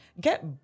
Get